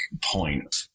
point